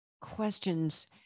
questions